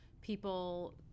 people